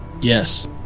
yes